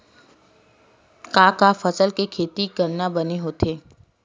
का का फसल के खेती करना बने होथे?